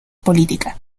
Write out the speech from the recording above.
política